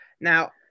Now